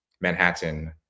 manhattan